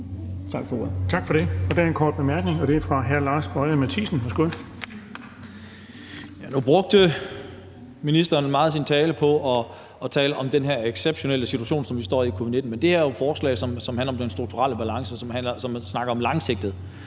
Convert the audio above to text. Bonnesen): Tak for det. Der er en kort bemærkning, og den er fra hr. Lars Boje Mathiesen. Værsgo. Kl. 16:49 Lars Boje Mathiesen (NB): Nu brugte ministeren meget af sin tale på den her exceptionelle situation, som vi står i med covid-19, men det her er jo et forslag, som handler om den strukturelle balance, og som handler om det langsigtede.